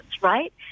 right